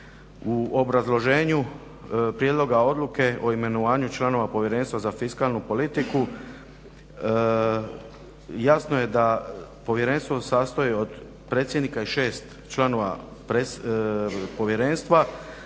U obrazloženju Prijedloga Odluke o imenovanju članova Povjerenstva za fiskalnu politiku jasno je da povjerenstvo se sastoji od predsjednika i 6 članova povjerenstva,